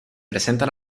presentan